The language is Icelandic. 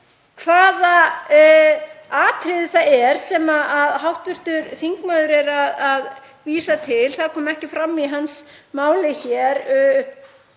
hvaða atriði það er sem hv. þingmaður er að vísa til. Það kom ekki fram í hans máli hér